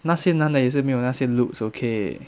那些男的也是没有那些 looks okay